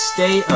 Stay